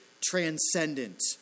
transcendent